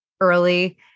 early